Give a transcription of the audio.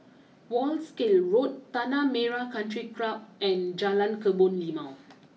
Wolskel Road Tanah Merah country and Jalan Kebun Limau